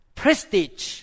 prestige